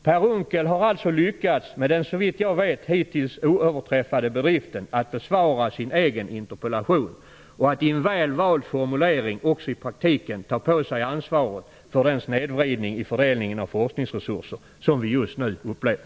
Per Unckel har alltså lyckats med de, såvitt jag vet, hittills oöverträffade bedrifterna att besvara sin egen interpellation och att i en väl vald formulering i praktiken ta på sig ansvaret för den snedvridning i fördelningen av forskningsresurser som vi just nu upplever.